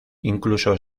incluso